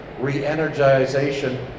re-energization